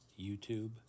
YouTube